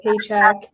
paycheck